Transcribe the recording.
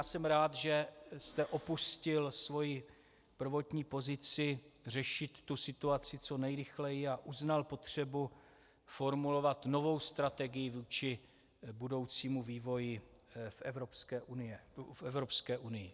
Jsem rád, že jste opustil svoji prvotní pozici řešit tu situaci co nejrychleji a uznal potřebu formulovat novou strategii vůči budoucímu vývoji v Evropské unii.